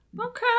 okay